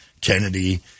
Kennedy